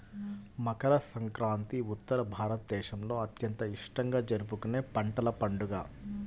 మకర సంక్రాంతి ఉత్తర భారతదేశంలో అత్యంత ఇష్టంగా జరుపుకునే పంటల పండుగ